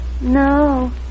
No